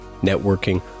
networking